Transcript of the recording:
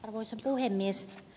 arvoisa puhemies